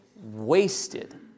wasted